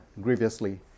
grievously